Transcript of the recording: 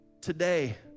today